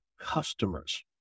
customers